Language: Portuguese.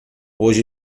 hoje